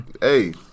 Hey